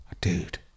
dude